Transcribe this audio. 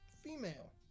Female